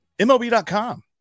MLB.com